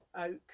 oak